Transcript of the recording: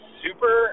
super